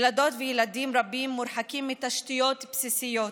ילדות וילדים רבים מורחקים מתשתיות בסיסיות,